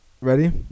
ready